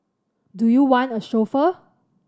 do you want a chauffeur